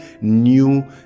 new